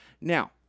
now